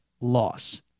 loss